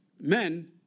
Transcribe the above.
men